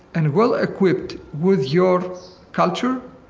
and well-equipped with your culture,